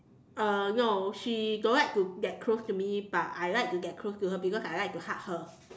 uh no she don't like to get close to me but I like to get close to her because I like to hug her